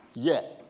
yet.